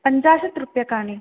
पञ्चाशत् रूप्यकाणि